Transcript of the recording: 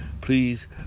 Please